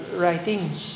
writings